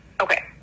Okay